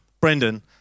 Brendan